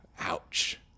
Ouch